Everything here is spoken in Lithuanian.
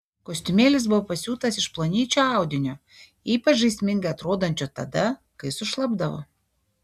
kostiumėlis buvo pasiūtas iš plonyčio audinio ypač žaismingai atrodančio tada kai sušlapdavo